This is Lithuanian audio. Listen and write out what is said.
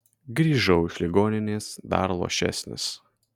grįžau iš ligoninės dar luošesnis